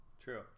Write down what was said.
True